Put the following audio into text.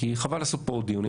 כי חבל לעשות פה עוד דיון.